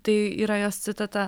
tai yra jos citata